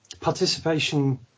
participation